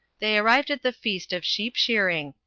they arrived at the feast of sheep-shearing,